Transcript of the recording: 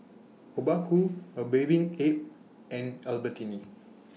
Obaku A Bathing Ape and Albertini